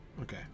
Okay